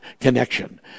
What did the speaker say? connection